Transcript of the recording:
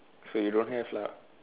so you don't have lah